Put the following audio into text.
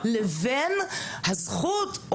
לבין הזכות,